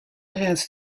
has